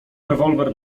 rewolwer